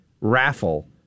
raffle